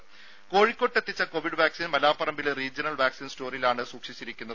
ദര കോഴിക്കോട്ട് എത്തിച്ച കൊവിഡ് വാക്സിൻ മലാപ്പറമ്പിലെ റീജ്യണൽ വാക്സിൻ സ്റ്റോറിലാണ് സൂക്ഷിച്ചിരിക്കുന്നത്